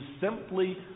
simply